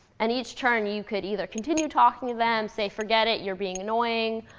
and each turn, you could either continue talking to them, say forget it, you're being annoying,